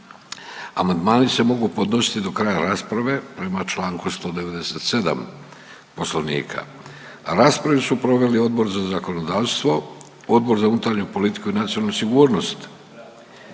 Amandmani se mogu podnositi do kraja rasprave prema Članku 197. Poslovnika. Raspravu su proveli Odbor za zakonodavstvo, Odbor za unutarnju politiku i nacionalnu sigurnost.